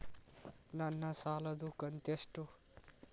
ನನ್ನ ಸಾಲದು ಕಂತ್ಯಷ್ಟು?